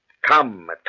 Come